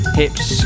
hips